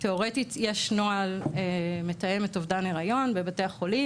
תאורטית יש נוהל מתאמת אובדן היריון בבתי החולים,